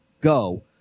go